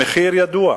המחיר ידוע,